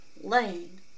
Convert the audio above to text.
laying